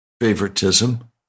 favoritism